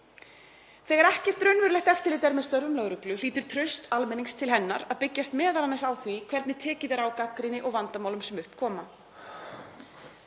Þegar ekkert raunverulegt eftirlit er með störfum lögreglu hlýtur traust almennings til hennar að byggjast m.a. á því hvernig tekið er á gagnrýni og vandamálum sem upp koma.